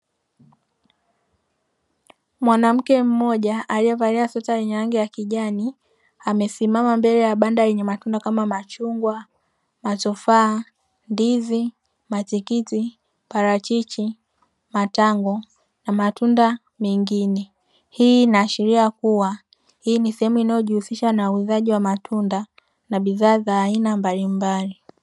Mwanamke mmoja aliyevalia sweta la rangi kijani. Amesimama mbele ya banda lenye matunda kama machungwa, matofaa, ndizi, matikiti, parachichi, matango na matunda mengine. Hii inaashiria kuwa hii ni sehemu inayojihusisha na uuzaji wa matunda na bidhaa za aina mbalimbali.